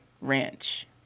ranch